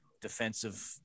defensive